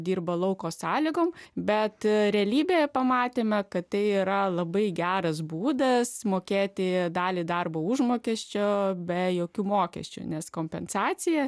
dirba lauko sąlygom bet realybėje pamatėme kad tai yra labai geras būdas mokėti dalį darbo užmokesčio be jokių mokesčių nes kompensacija